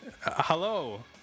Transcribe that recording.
hello